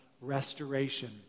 restoration